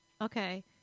Okay